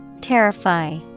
terrify